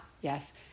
Yes